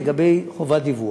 לגבי חובת דיווח,